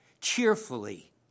cheerfully